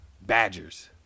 Badgers